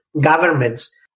government's